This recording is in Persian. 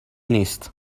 نیست